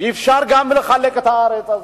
אפשר גם לחלק את הארץ הזאת.